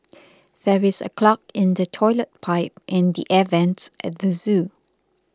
there is a clog in the Toilet Pipe and the Air Vents at the zoo